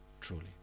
Truly